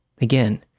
Again